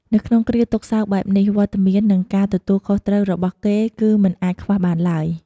នៅក្នុងគ្រាទុក្ខសោកបែបនេះ វត្តមាន និងការទទួលខុសត្រូវរបស់គេគឺមិនអាចខ្វះបានឡើយ។